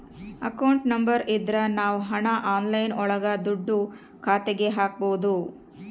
account number ಇದ್ರ ನಾವ್ ಹಣ ಆನ್ಲೈನ್ ಒಳಗ ದುಡ್ಡ ಖಾತೆಗೆ ಹಕ್ಬೋದು